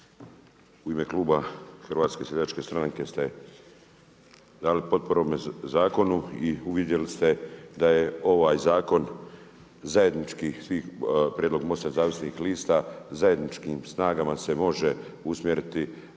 u ime kluba HSS-a ste dali potporu ovome zakonu i uvidjeli ste da je ovaj zakon zajednički prijedlog Most-a nezavisnih lista zajedničkim snagama se može usmjeriti